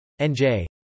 NJ